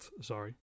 sorry